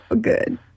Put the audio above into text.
good